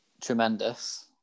tremendous